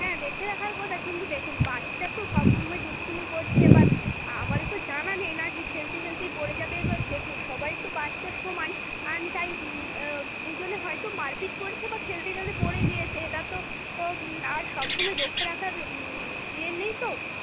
হ্যাঁ দেখে রাখার কথা কিন্তু দেখুন বাচ্চা তো সবসময় দুষ্টুমি করছে এবার আমাদের তো জানা নেই না যে খেলতে খেলতে পড়ে যাবে এবার দেখুন সবাই তো বাচ্চা সমান তাই দুজনে হয়তো মারপিট করছে বা খেলতে খেলতে পড়ে গিয়েছে এটা তো আর সবসময় লক্ষ্য রাখার ইয়ে নেই তো